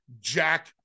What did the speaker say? Jack